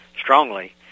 strongly